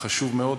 חשוב מאוד.